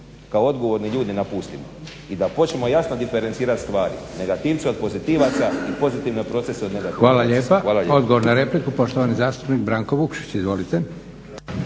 kao odgovorni ljudi napustit i da počnemo jasno diferencirat stvari, negativce od pozitivaca, i pozitivne procese od negativnih procesa. Hvala lijepa. **Leko, Josip (SDP)** Hvala lijepa. Odgovor na repliku poštovani zastupnik Branko Vukšić. Izvolite.